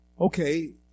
Okay